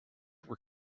were